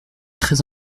très